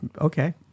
okay